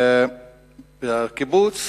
לקיבוץ